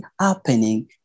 happening